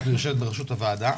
את יושבת ברשות הועדה,